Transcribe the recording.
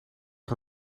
die